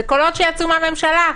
זה קולות שיצאו מהממשלה,